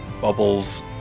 Bubbles